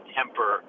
temper